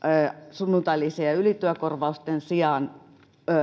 sunnuntailisien ja ylityökorvausten sijaan